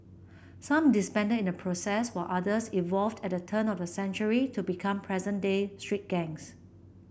some disbanded in the process while others evolved at the turn of the century to become present day street gangs